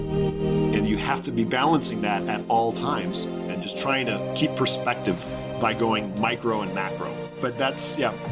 and you have to be balancing that at and and all times. and just trying to keep perspective by going micro and macro. but that's, yeah,